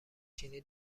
چینی